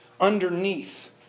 underneath